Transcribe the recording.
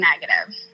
negative